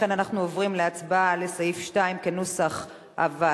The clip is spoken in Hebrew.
לכן אנחנו עוברים להצבעה על סעיף 2 כנוסח הוועדה.